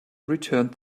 returned